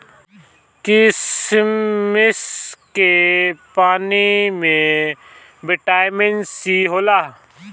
किशमिश के पानी में बिटामिन सी होला